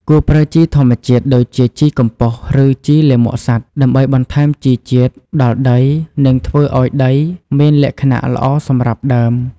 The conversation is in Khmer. គួរប្រើជីធម្មជាតិដូចជាជីកំប៉ុស្ត ឬជីលាមកសត្វ ដើម្បីបន្ថែមជីជាតិដល់ដី និងធ្វើឲ្យដីមានលក្ខណៈល្អសម្រាប់ដើម។